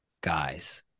Guys